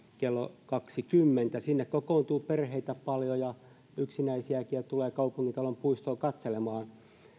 kello kaksikymmentä sinne kokoontuu perheitä paljon ja yksinäisiäkin kaupungintalon puistoon katselemaan